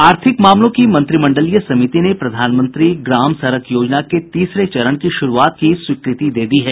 आर्थिक मामलों की मंत्रिमंडलीय समिति ने प्रधानमंत्री ग्राम सड़क योजना के तीसरे चरण की शुरूआत की स्वीकृति दे दी है